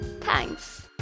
Thanks